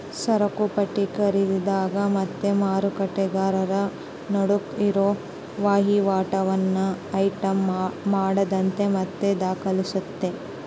ಸರಕುಪಟ್ಟಿ ಖರೀದಿದಾರ ಮತ್ತೆ ಮಾರಾಟಗಾರರ ನಡುಕ್ ಇರೋ ವಹಿವಾಟನ್ನ ಐಟಂ ಮಾಡತತೆ ಮತ್ತೆ ದಾಖಲಿಸ್ತತೆ